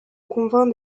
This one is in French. convainc